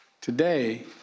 Today